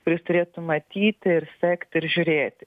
kuris turėtų matyti ir sekti ir žiūrėti